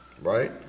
Right